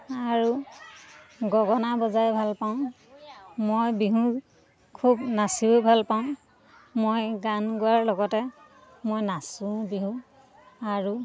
আৰু গগনা বজাই ভাল পাওঁ মই বিহু খুব নাচিও ভাল পাওঁ মই গান গোৱাৰ লগতে মই নাচো বিহু আৰু